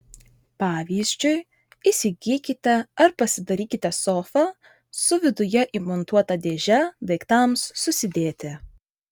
pavyzdžiui įsigykite ar pasidarykite sofą su viduje įmontuota dėže daiktams susidėti